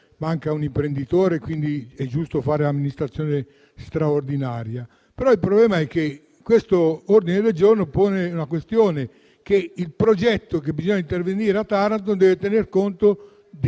manca un imprenditore, ed è quindi giusto fare l'amministrazione straordinaria. Però il problema è che questo ordine del giorno pone una questione: il progetto con il quale bisogna intervenire a Taranto deve tener conto di